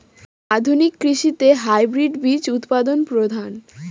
আধুনিক কৃষিতে হাইব্রিড বীজ উৎপাদন প্রধান